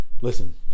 Listen